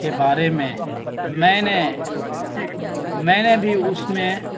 کے بارے میں میں نے میں نے بھی اس میں